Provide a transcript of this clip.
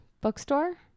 bookstore